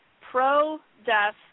pro-death